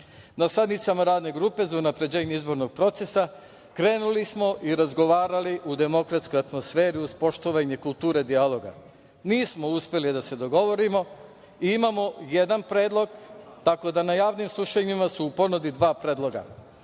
sednicama Radne grupe za unapređenje izbornog procesa krenuli smo i razgovarali u demokratskoj atmosferi, uz poštovanje kulture dijaloga. Nismo uspeli da se dogovorimo, mi imamo jedan predlog, tako da na javnim slušanjima u ponudi imamo dva predloga,